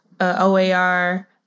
OAR